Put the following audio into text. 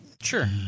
sure